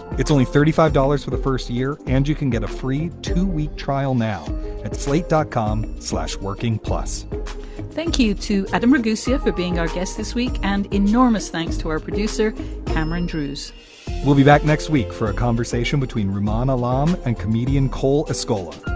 it's only thirty five dollars for the first year and you can get a free two week trial now at slate dot com slash working plus thank you to adam ragusa for being our guest this week and enormous thanks to our producer cameron drewes we'll be back next week for a conversation between reman alarm and comedian cole escola.